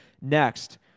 Next